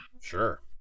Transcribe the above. sure